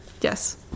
Yes